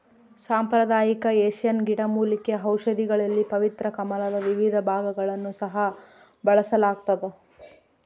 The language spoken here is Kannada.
ಸಾಂಪ್ರದಾಯಿಕ ಏಷ್ಯನ್ ಗಿಡಮೂಲಿಕೆ ಔಷಧಿಗಳಲ್ಲಿ ಪವಿತ್ರ ಕಮಲದ ವಿವಿಧ ಭಾಗಗಳನ್ನು ಸಹ ಬಳಸಲಾಗ್ತದ